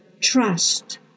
trust